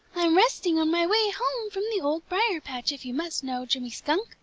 i'm resting on my way home from the old briar-patch, if you must know, jimmy skunk!